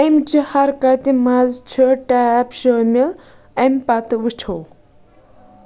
اَمچہِ حرکتہِ منٛز چھِ ٹیپ شٲمِل اَمہِ پتہٕ وُچھو